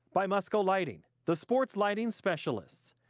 by musco lighting, the sports lighting specialist,